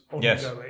Yes